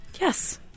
Yes